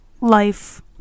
life